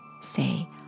say